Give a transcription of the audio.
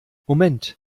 moment